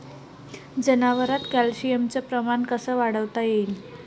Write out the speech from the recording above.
जनावरात कॅल्शियमचं प्रमान कस वाढवता येईन?